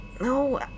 No